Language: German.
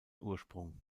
ursprung